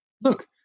look